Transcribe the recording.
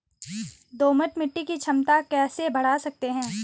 दोमट मिट्टी की क्षमता कैसे बड़ा सकते हैं?